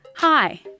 Hi